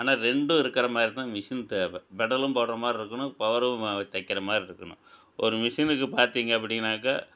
ஆனால் ரெண்டும் இருக்கிற மாதிரி தான் மிஷின் தேவை பெடலும் போடுற மாதிரி இருக்கணும் பவரும் தைக்கிற மாதிரி இருக்கணும் ஒரு மிஷினுக்கு பார்த்தீங்க அப்படின்னாக்க